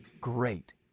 Great